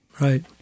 Right